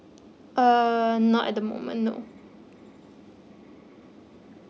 uh not at the moment no